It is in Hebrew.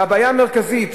והבעיה המרכזית